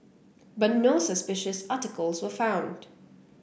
but no suspicious articles were found